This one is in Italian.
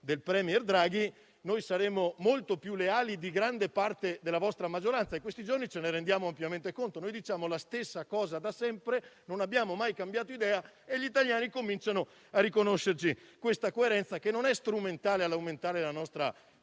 del Governo Draghi - noi saremo molto più leali di gran parte della vostra maggioranza e in questi giorni ce ne stiamo rendendo conto. Noi diciamo la stessa cosa da sempre; non abbiamo mai cambiato idea e gli italiani cominciano a riconoscerci questa coerenza, che non è strumentale ad aumentare la nostra